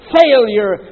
failure